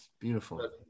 Beautiful